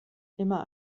immer